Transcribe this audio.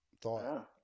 thought